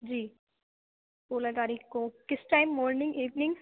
جی سولہ تاریخ کو کس ٹائم مارننگ ایوننگ